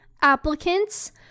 applicants